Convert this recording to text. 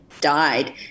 died